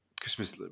Christmas